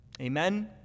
Amen